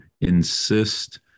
insist